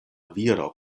viro